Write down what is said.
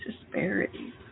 disparities